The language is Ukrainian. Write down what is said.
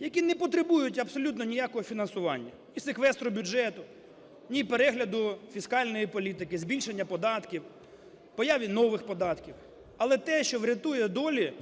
які не потребують абсолютно ніякого фінансування – ні секвестру бюджету, ні перегляду фіскальної політики, збільшення податків, появі нових податків, але те, що врятує долі